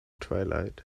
twilight